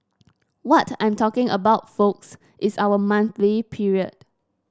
what I'm talking about folks is our monthly period